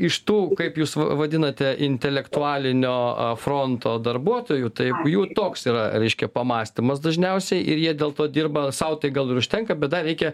iš tų kaip jūs vadinate intelektualinio fronto darbuotojų taip jų toks yra reiškia pamąstymas dažniausiai ir jie dėl to dirba sau tai gal ir užtenka bet dar reikia